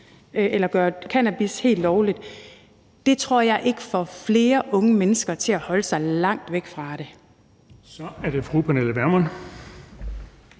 vil gøre cannabis helt lovligt, tror jeg ikke får flere unge mennesker til holde sig langt væk fra det. Kl. 16:35 Den fg. formand